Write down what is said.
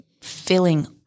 filling